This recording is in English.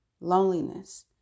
loneliness